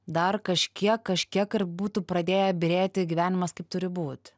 dar kažkiek kažkiek ir būtų pradėję byrėti gyvenimas kaip turi būt